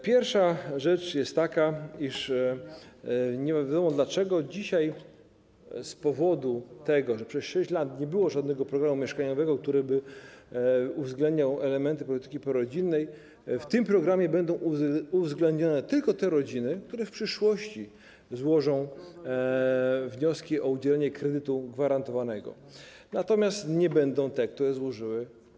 Pierwsza rzecz jest taka, iż nie wiadomo, dlaczego dzisiaj z powodu tego, że przez 6 lat nie było żadnego programu mieszkaniowego, który by uwzględniał elementy polityki prorodzinnej, w tym programie będą uwzględnione tylko te rodziny, które w przyszłości złożą wnioski o udzielenie kredytu gwarantowanego, natomiast nie będą te, które już złożyły.